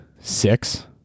six